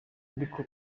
ariko